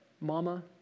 mama